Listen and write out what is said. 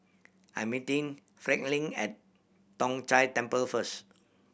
I'm meeting Franklyn at Tong Whye Temple first